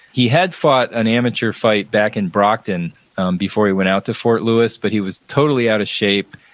he had fought an amateur fight back in brockton before he went out to fort lewis, but he was totally out of shape.